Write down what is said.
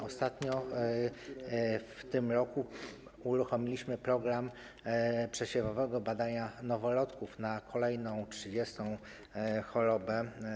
W tym roku uruchomiliśmy program przesiewowego badania noworodków na kolejną, 30. chorobę.